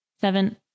seven